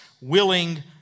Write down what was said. willing